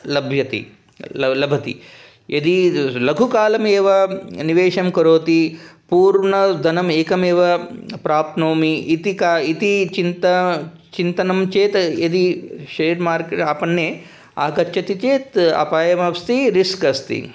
लभ्यते लभते यदि लघुकालमेव निवेशं करोति पूर्णधनम् एकमेव प्राप्नोमि इति का इति चिन्ता चिन्तनं चेत् यदि शेर् मार्क् आपणे आगच्छति चेत् अपायमस्ति रिस्क् अस्ति